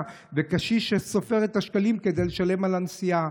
וקשיש שסופר את השקלים כדי לשלם על הנסיעה.